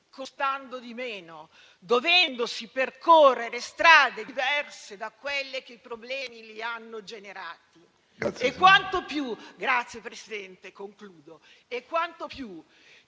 costando di meno, dovendosi percorrere strade diverse da quelle che i problemi li hanno generati. Signor Presidente, mi avvio